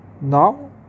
Now